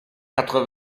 quatre